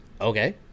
Okay